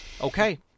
Okay